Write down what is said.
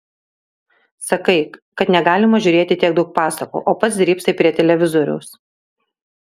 sakai kad negalima žiūrėti tiek daug pasakų o pats drybsai prie televizoriaus